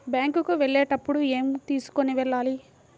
Bank కు వెళ్ళేటప్పుడు ఏమి తీసుకొని వెళ్ళాలి?